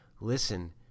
listen